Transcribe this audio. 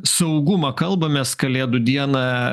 saugumą kalbamės kalėdų dieną